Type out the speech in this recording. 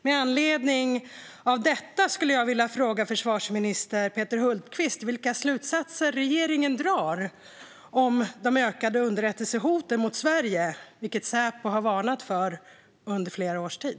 Med anledning av detta frågar jag försvarsminister Peter Hultqvist: Vilka slutsatser drar regeringen av de ökade underrättelsehoten mot Sverige, vilka Säpo har varnat för under flera års tid?